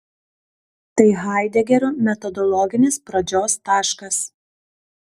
tai haidegerio metodologinis pradžios taškas